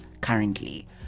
currently